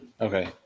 Okay